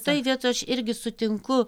toj vietoj aš irgi sutinku